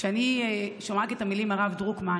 כשאני שומעת את המילים "הרב דרוקמן"